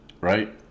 right